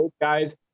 guys